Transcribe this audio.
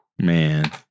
man